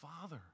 Father